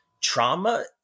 trauma